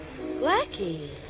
Blackie